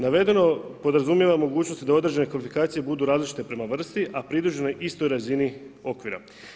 Navedeno podrazumijeva mogućnosti da određene kvalifikacije budu različite prema vrsti, a pridružene istoj razini okvira.